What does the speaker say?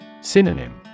Synonym